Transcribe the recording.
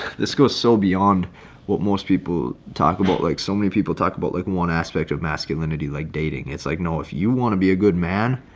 this goes so beyond what most people talk about like so many people talk about, like one aspect of masculinity like dating. it's like, no, if you want to be a good man,